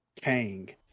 Kang